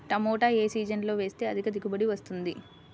టమాటా ఏ సీజన్లో వేస్తే అధిక దిగుబడి వస్తుంది?